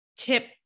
tip